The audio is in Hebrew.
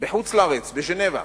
בז'נבה,